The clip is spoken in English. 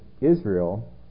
Israel